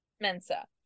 Mensa